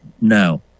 No